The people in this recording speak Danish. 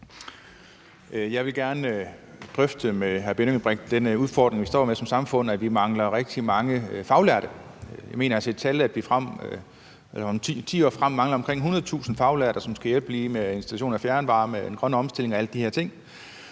Jeg vil gerne drøfte den udfordring med hr. Benny Engelbrecht, vi står med som samfund, altså at vi mangler rigtig mange faglærte. Jeg mener, at jeg har set tal, der viser, at vi om 10 år mangler omkring 100.000 faglærte, som skal hjælpe med installation af fjernvarme, den grønne omstilling og alle de her ting,